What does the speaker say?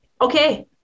okay